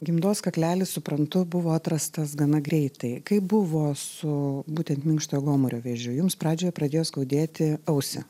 gimdos kaklelis suprantu buvo atrastas gana greitai kaip buvo su būtent minkštojo gomurio vėžiu jums pradžioje pradėjo skaudėti ausį